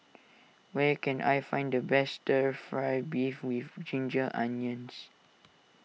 where can I find the best Stir Fry Beef with Ginger Onions